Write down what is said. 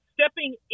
stepping